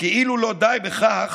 וכאילו לא די בכך,